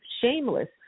*Shameless*